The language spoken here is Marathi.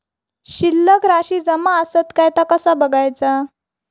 शिल्लक राशी जमा आसत काय ता कसा बगायचा?